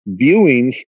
viewings